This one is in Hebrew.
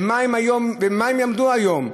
ובפני מה הם יעמדו היום?